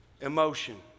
emotion